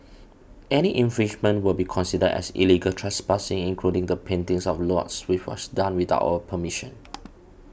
any infringement will be considered as illegal trespassing including the paintings of lots which was done without our permission